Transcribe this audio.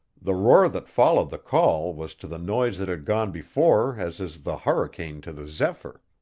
the roar that followed the call was to the noise that had gone before as is the hurricane to the zephyr.